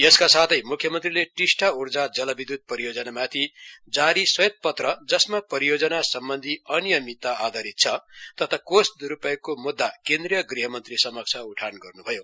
यसका साथै मुख्यमन्त्रीले टिस्टा उर्जा पनविध्त परियोजना माथि जारी श्वेत पत्र जसमा परियोजना सम्वन्धि अनियमितता आधारित छ तथा कोष द्रूपयोगको म्द्दा केन्द्रीय गृह मन्त्री समक्ष उठान गर्न् भयो